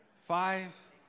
Five